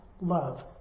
love